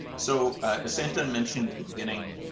so essentially, i mentioned at the beginning.